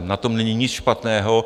Na tom není nic špatného.